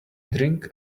drink